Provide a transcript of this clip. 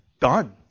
done